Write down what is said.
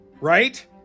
right